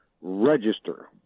register